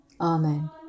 Amen